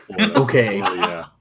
Okay